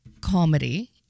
comedy